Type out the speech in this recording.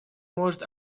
может